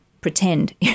pretend